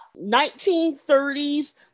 1930s